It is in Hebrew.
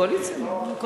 אה, חשבתי שלא.